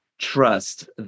trust